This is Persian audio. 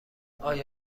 آیا